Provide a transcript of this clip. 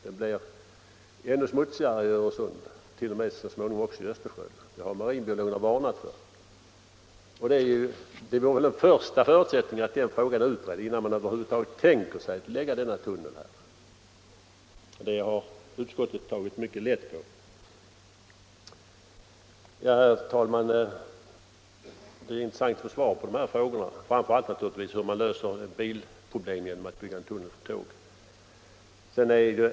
Det blir då ännu smutsigare i Öresund och så småningom även i Östersjön. Det har marinbiologerna varnat för. Att den frågan utreds vore väl en första förutsättning innan man ens tänker sig att lägga denna tunnel i Öresund. Det har utskottet tagit lätt på. Herr talman! Det skulle vara intressant att få svar på dessa frågor, framför allt på frågan hur man löser bilproblemen genom att bygga en tunnel för tåg.